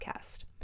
podcast